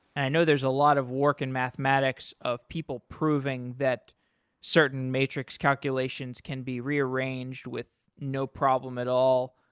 i know there's a lot of work in mathematics of people proving that certain matrix calculations can be rearranged with no problem at all.